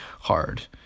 hard